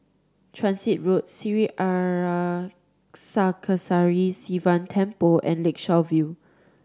Transit Road Sri Arasakesari Sivan Temple and Lakeshore View